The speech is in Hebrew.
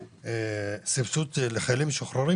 סבסוד לחיילים משוחררים.